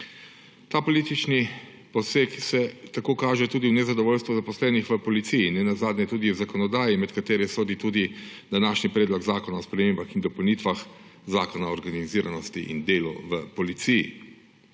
Ta politični poseg se tako kaže tudi v nezadovoljstvu zaposlenih v policiji in nenazadnje tudi v zakonodaji, med katere sodi tudi današnji Predlog zakona o spremembah in dopolnitvah Zakona o organiziranosti in delu v policiji.